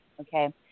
okay